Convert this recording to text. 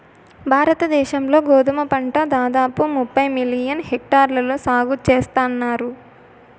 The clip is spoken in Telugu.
భారత దేశం లో గోధుమ పంట దాదాపు ముప్పై మిలియన్ హెక్టార్లలో సాగు చేస్తన్నారు